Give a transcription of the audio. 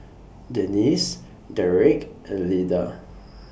Denisse Derrick and Lida